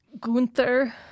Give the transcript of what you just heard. Gunther